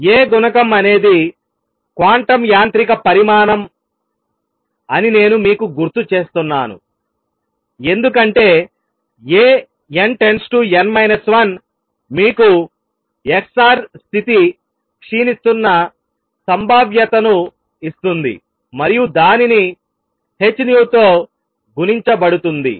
A గుణకం అనేది quantum యాంత్రిక పరిమాణం అని నేను మీకు గుర్తు చేస్తున్నాను ఎందుకంటే A n →n 1 మీకు x r స్థితి క్షీణిస్తున్న సంభావ్యతను ఇస్తుంది మరియు దానిని h nu తో గుణించబడుతుంది